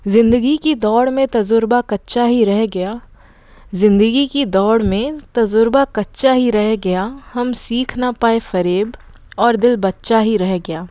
ज़िंदगी की दौड़ में तजुर्बा कच्चा ही रह गया ज़िंदगी की दौड़ में तजुर्बा कच्चा ही रह गया हम सीख ना पाए फ़रेब और दिल बच्चा ही रह गया